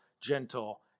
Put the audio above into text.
gentle